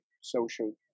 social